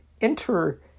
enter